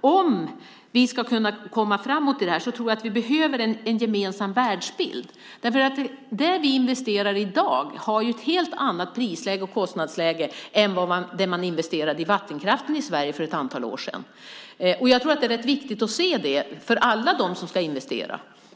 Om vi ska kunna komma framåt i det här tror jag att vi behöver en gemensam världsbild. Det vi investerar i i dag har ett helt annat pris och kostnadsläge än när man investerade i vattenkraften i Sverige för ett antal år sedan. Jag tror att det är viktigt att se det för alla som ska investera.